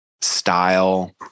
style